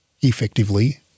effectively